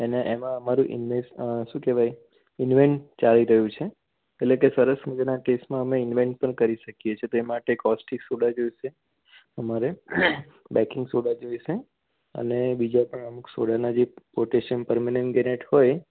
અને એમાં એમાં અમારું ઇન્વેસ્ટ શું કહેવાય ઇન્વેન્ટ ચાલી રહ્યું છે એટલે કે સરસ મજાના કેસમાં અમે ઇન્વેન્ટ પણ કરી શકીએ છીએ તો તે માટે કોસ્ટિક સોડા જોઈશે અમારે બેકિંગ સોડા જોઈશે અને બીજા પણ અમુક સોડાના જે પોટેશિયમ પરમેંગનેન્ટ હોય